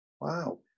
Wow